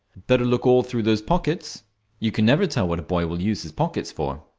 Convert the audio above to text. better look all through those pockets you can never tell what a boy will use his pockets for.